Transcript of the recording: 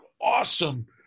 awesome